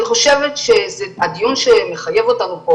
אני חושבת שהדיון שמחייב אותנו פה